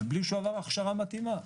בלי שעבר הכשרה מתאימה.